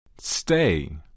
stay